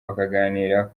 bakaganira